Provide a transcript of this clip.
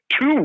two